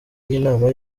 y’inama